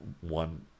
one